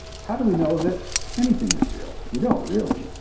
how do we know that anything is real? we don't really.